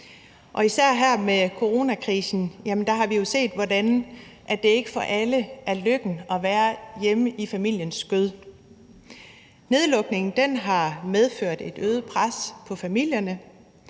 især her med coronakrisen har vi jo set, hvordan det ikke for alle er lykken at være hjemme i familiens skød: Nedlukningen har medført et øget pres på familierne,